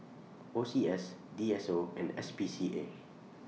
O C S D S O and S P C A